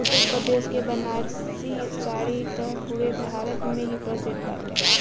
उत्तरप्रदेश के बनारसी साड़ी त पुरा भारत में ही प्रसिद्ध बाटे